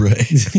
Right